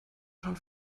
schon